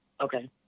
Okay